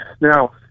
Now